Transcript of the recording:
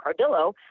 Cardillo